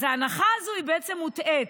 אז ההנחה הזו היא בעצם מוטעית.